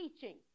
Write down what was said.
teaching